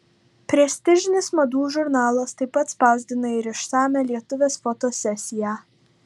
prestižinis madų žurnalas taip pat spausdina ir išsamią lietuvės fotosesiją